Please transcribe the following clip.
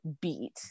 beat